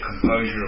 composure